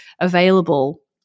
available